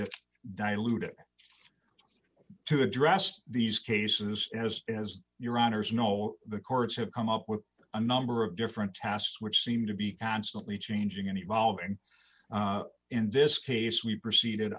it diluted to address these cases just as your honors know the courts have come up with a number of different tasks which seem to be constantly changing and evolving in this case we proceeded